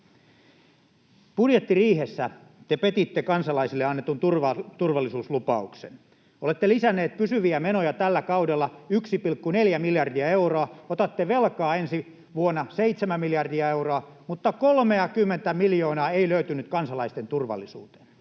Budjettiriihessä te petitte kansalaisille annetun turvallisuuslupauksen. Olette lisänneet pysyviä menoja tällä kaudella 1,4 miljardia euroa, otatte velkaa ensi vuonna 7 miljardia euroa, mutta 30:tä miljoonaa ei löytynyt kansalaisten turvallisuuteen.